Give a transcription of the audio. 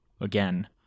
again